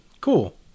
Cool